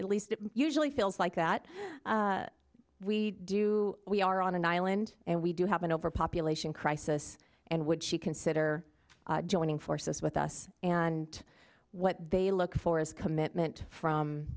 at least it usually feels like that we do we are on an island and we do have an overpopulation crisis and would she consider joining forces with us and what they look for is commitment from